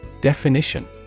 Definition